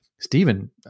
Stephen